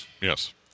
Yes